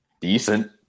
decent